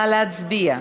נא להצביע.